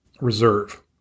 reserve